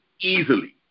easily